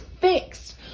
fixed